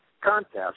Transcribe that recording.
contest